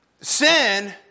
sin